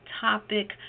topic